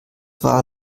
war